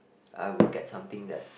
I would get something that